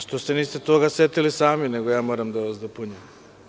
Što se niste toga setili sami, nego ja moram da vas dopunjujem?